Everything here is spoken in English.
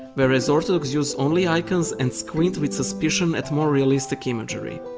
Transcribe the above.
whereas orthodox use only icons and squint with suspicion at more realistic imagery.